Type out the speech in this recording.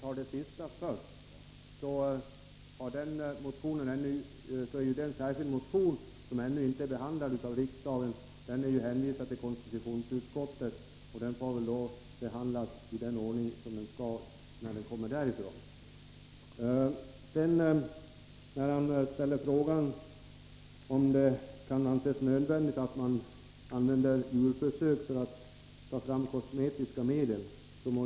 Fru talman! Jag tar det sista först. Jörn Svenssons motion har ännu inte behandlats av riksdagen. Den är hänvisad till konstitutionsutskottet, och vi får behandla den när den kommit därifrån. Jörn Svensson ställde frågan om det kan anses nödvändigt att man använder djurförsök för att ta fram kosmetiska medel.